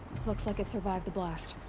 looks like it survived the blast.